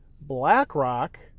BlackRock